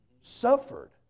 suffered